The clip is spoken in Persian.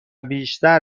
بیشتر